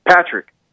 Patrick